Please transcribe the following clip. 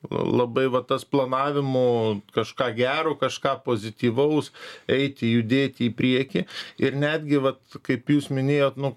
labai va tas planavimo kažką gero kažką pozityvaus eiti judėti į priekį ir netgi vat kaip jūs minėjot nu